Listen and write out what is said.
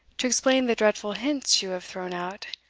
to explain the dreadful hints you have thrown out!